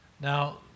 Now